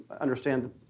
understand